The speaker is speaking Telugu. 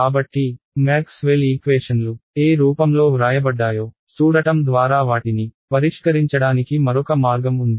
కాబట్టి మ్యాక్స్వెల్ ఈక్వేషన్లు ఏ రూపంలో వ్రాయబడ్డాయో చూడటం ద్వారా వాటిని పరిష్కరించడానికి మరొక మార్గం ఉంది